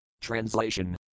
Translation